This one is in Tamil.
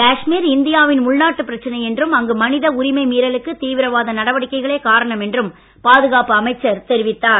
காஷ்மீர் இந்தியாவின் உள்நாட்டு பிரச்னை என்றும் அங்கு மனித உரிமை மீறலுக்கு தீவிரவாத நடவடிக்கைகளே காரணம் என்றும் பாதுகாப்பு அமைச்சர் தெரிவித்தார்